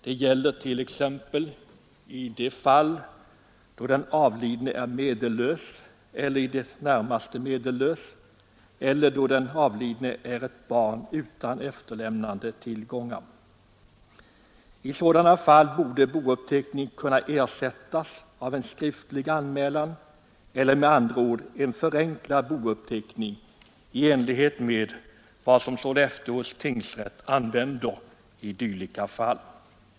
Det gäller t.ex. i de fall då den avlidne är medellös eller i det närmaste medellös eller då den avlidne är ett barn utan efterlämnade tillgångar. I sådana fall borde bouppteckning kunna ersättas av en skriftlig anmälan, eller med andra ord en förenklad bouppteckning liknande den som Sollefteå tingsrätt använder i dylika fall.